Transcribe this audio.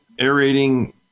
aerating